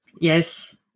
yes